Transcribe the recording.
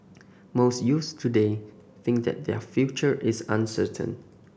most youths today think that their future is uncertain